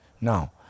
Now